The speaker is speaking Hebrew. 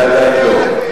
זה עדיין לא.